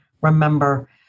Remember